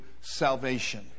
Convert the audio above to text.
salvation